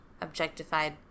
objectified